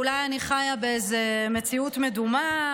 אולי אני חיה באיזו מציאות מדומה,